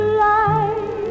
light